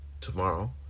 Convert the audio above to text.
Tomorrow